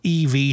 EV